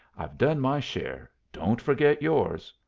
i've done my share don't forget yours!